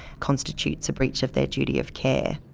constitutes a breach of their duty of care.